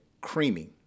Creamy